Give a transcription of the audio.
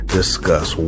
discuss